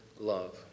love